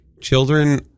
children